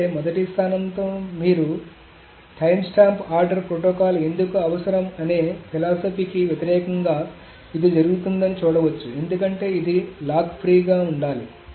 అయితేమొదటి స్థానంలో మీరు timestamp order protocol ఎందుకు అవసరం అనే ఫిలాసఫీ కి వ్యతిరేకంగా ఇది జరుగుతుందని చూడవచ్చు ఎందుకంటే ఇది లాక్ ఫ్రీగా ఉండాలి